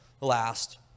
last